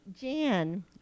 Jan